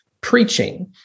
preaching